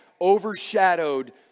overshadowed